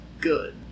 good